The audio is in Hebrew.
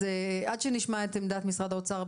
אז עד שנשמע את עמדת משרד האוצר,